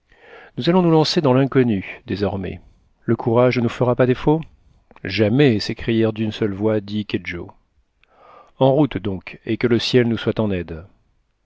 nous allons nous lancer dans l'inconnu désormais le courage ne nous fera pas défaut jamais s'écrièrent d'une seule voix dick et joe en route donc et que le ciel nous soit en aide